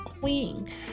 queen